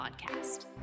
podcast